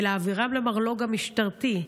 ולהעבירן למרלו"ג המשטרתי.